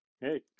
Hey